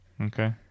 Okay